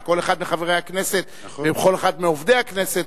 שכל אחד מחברי הכנסת וכל אחד מעובדי הכנסת,